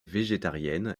végétarienne